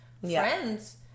friends